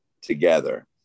together